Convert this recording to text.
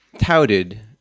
touted